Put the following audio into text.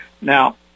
Now